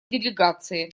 делегации